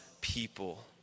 people